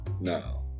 now